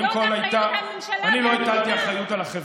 זו אחריות הממשלה והמדינה.